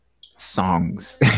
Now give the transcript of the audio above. songs